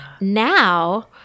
now